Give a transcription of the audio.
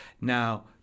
Now